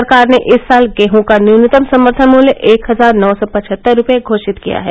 सरकार ने इस साल गेहूं का न्यूनतम समर्थन मूल्य एक हजार नौ सौ पचहत्तर रूपए घोषित किया है